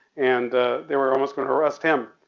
and they were almost gonna arrest him.